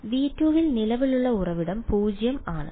V2 ൽ നിലവിലെ ഉറവിടം 0 ആണ്